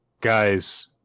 Guys